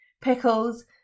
pickles